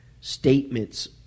statements